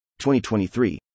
2023